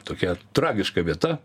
tokia tragiška vieta